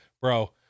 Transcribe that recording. Bro